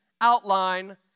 outline